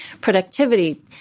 productivity